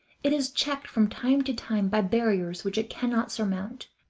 it is checked from time to time by barriers which it cannot surmount.